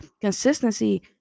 consistency